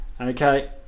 Okay